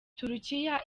turukiya